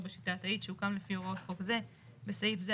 בשיטה התאית שהוקם לפי הוראות חוק זה (בסעיף זה,